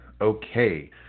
okay